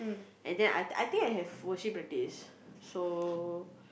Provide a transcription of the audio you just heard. and then I I think I think I have worship practice so